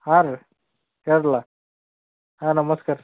ಹಾಂ ರೀ ಹೇಳ್ರ್ಲಾ ಹಾಂ ನಮಸ್ಕಾರ